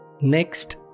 Next